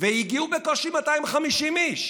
והגיעו בקושי 250 איש.